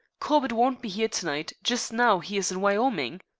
corbett won't be here to-night. just now he is in wyoming.